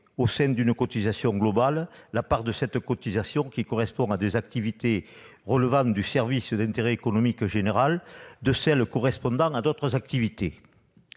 au sein d'une cotisation globale, la part qui correspond à des activités relevant du service d'intérêt économique général de celle qui correspond à d'autres activités